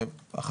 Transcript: אותה.